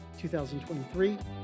2023